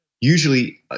usually